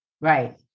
Right